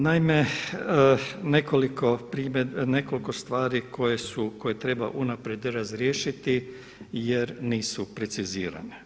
Naime, nekoliko stvari koje treba unaprijed razriješiti jer nisu precizirane.